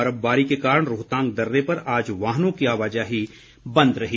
बर्फबारी के कारण रोहतांग दर्रे पर आज वाहनों की आवाजाही बंद रही